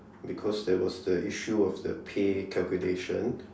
because there was the issue of the pay calculation